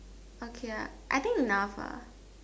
okay ah I think enough lah